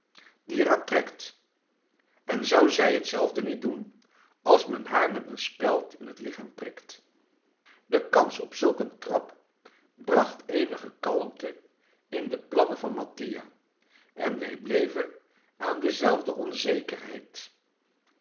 die eraan trekt en zou zij hetzelfde niet doen als men haar met een speld in het lichaam prikt de kans op zulk een trap bracht eenige kalmte in de plannen van mattia en wij bleven aan dezelfde onzekerheid